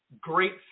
great